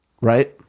right